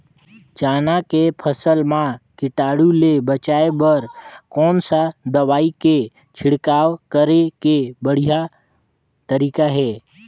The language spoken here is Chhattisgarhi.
चाना के फसल मा कीटाणु ले बचाय बर कोन सा दवाई के छिड़काव करे के बढ़िया तरीका हे?